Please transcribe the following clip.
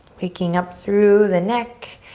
waking up through the neck,